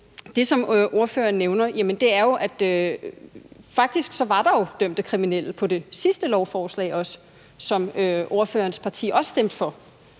det, som ordføreren nævner, vil jeg sige, at faktisk var der dømte kriminelle på det sidste lovforslag også, som ordførerens parti også stemte for.